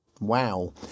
Wow